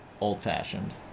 old-fashioned